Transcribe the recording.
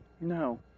No